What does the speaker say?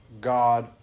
God